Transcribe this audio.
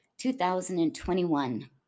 2021